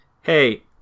hey